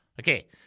Okay